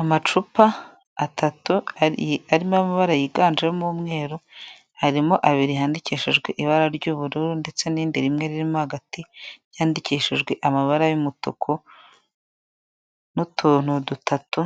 Amacupa atatu arimo amabara yiganjemo umweru, harimo abiri yandikishijwe ibara ry'ubururu, ndetse n'irindi rimwe riri mo hagati ryandikishijwe amabara y'umutuku, n'utuntu dutatu